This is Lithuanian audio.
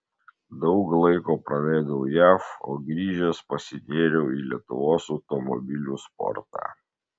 daug laiko praleidau jav o grįžęs pasinėriau į lietuvos automobilių sportą